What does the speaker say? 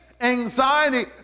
anxiety